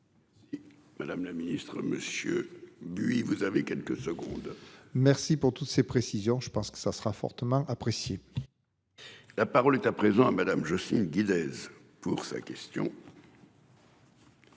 Madame la ministre, monsieur. Puis vous avez quelques secondes. Merci pour toutes ces précisions. Je pense que ça sera fortement apprécié. La parole est à présent à madame je suis guide. Pour sa question.